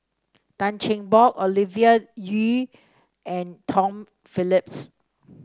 Tan Cheng Bock Ovidia Yu and Tom Phillips